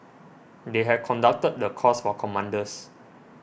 they had conducted the course for commanders